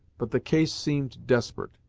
but the case seem'd desperate.